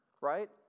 Right